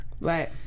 Right